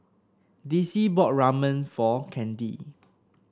Dicy bought Ramen for Kandi